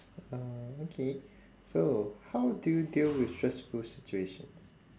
uh okay so how do you deal with stressful situations